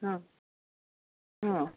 हां हां